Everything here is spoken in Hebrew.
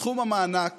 סכום המענק